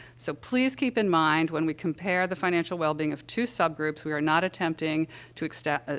so, please keep in mind, when we compare the financial wellbeing of two subgroups, we are not attempting to ah,